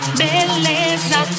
beleza